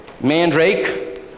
Mandrake